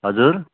हजुर